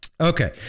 Okay